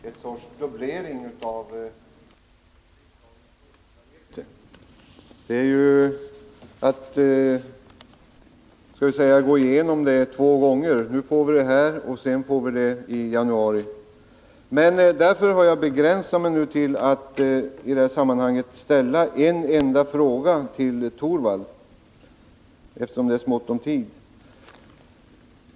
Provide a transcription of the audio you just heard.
Herr talman! Vi är väl alla medvetna om att sparpropositionen medför en dubblering av riksdagens budgetarbete — det är ju att gå igenom samma sak två gånger: först får vi göra det nu och sedan får vi göra det i januari. Eftersom det är ont om tid har jag begränsat mig till att i det här sammanhanget ställa en enda fråga till Rune Torwald.